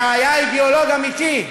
שהיה אידיאולוג אמיתי,